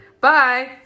Bye